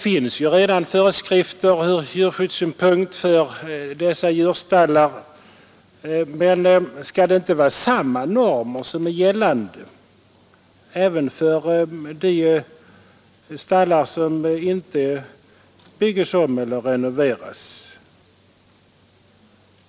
Det finns redan föreskrifter från djurskyddssynpunkt för dessa djurstallar. Skall inte samma normer gälla för de stallar som inte byggs om eller renoveras?